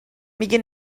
میگه